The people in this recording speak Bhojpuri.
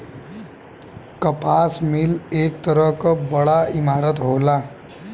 कपास मिल एक तरह क बड़ा इमारत होला